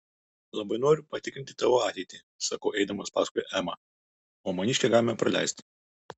labai noriu patikrinti tavo ateitį sakau eidamas paskui emą o maniškę galime praleisti